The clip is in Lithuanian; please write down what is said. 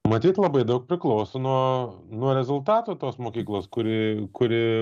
matyt labai daug priklauso nuo nuo rezultato tos mokyklos kuri kuri